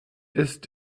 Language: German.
ist